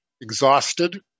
exhausted